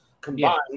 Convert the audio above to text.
combined